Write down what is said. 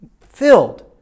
filled